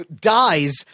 dies